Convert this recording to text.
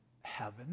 Heaven